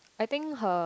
I think her